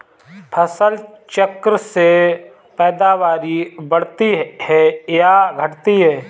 फसल चक्र से पैदावारी बढ़ती है या घटती है?